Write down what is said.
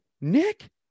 Nick